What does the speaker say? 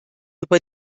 über